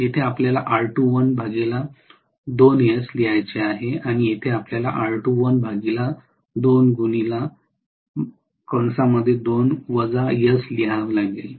येथे आपल्याला R2l 2s लिहायचे आहे आणि येथे आपल्याला R2l 2 लिहावे लागेल